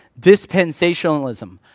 dispensationalism